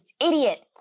idiot